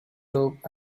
rope